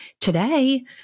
Today